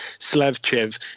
Slavchev